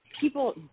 people